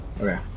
Okay